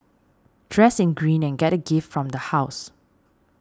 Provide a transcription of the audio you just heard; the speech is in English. dress in green and get a gift from the house